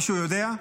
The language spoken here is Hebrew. מישהו יודע?